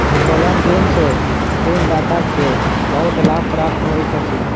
उत्तोलन ऋण सॅ ऋणदाता के बहुत लाभ प्राप्त होइत अछि